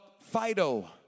Fido